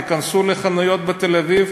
תיכנסו לחנויות בתל-אביב,